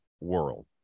world